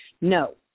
No